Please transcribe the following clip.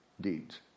deeds